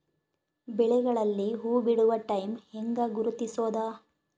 ಬೆಳೆಗಳಲ್ಲಿ ಹೂಬಿಡುವ ಟೈಮ್ ಹೆಂಗ ಗುರುತಿಸೋದ?